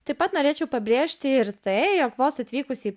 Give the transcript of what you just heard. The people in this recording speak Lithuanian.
taip pat norėčiau pabrėžti ir tai jog vos atvykusi į